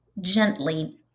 gently